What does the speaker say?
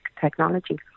technology